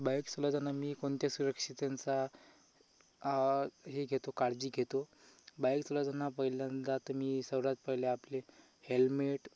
bike चालवताना मी कोणत्या सुरक्षिततेचा हे घेतो काळजी घेतो बाईक चालवताना पहिल्यांदा तर मी सर्वात पहिले आपले हेल्मेट